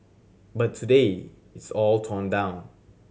but today it's all torn down